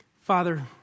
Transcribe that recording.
Father